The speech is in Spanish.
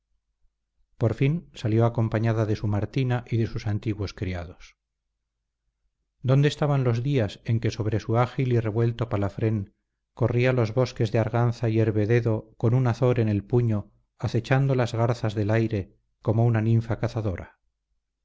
por fin salió acompañada de su martina y de sus antiguos criados dónde estaban los días en que sobre un ágil y revuelto palafrén corría los bosques de arganza y hervededo con un azor en el puño acechando las garzas del aire como una ninfa cazadora